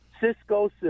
Cisco